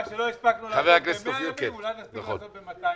מה שלא הספקנו לעשות ב-100 ימים אולי נספיק לעשות ב-200 ימים.